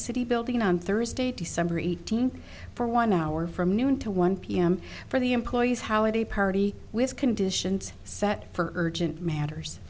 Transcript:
city building on thursday december eighteenth for one hour from noon to one p m for the employees how at a party with conditions set for urgent matters